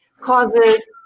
causes